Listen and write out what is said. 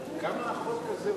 כמה החוק הזה עולה?